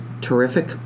Terrific